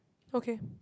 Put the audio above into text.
okay